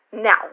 Now